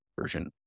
version